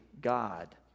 God